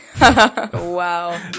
Wow